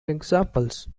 examples